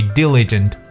diligent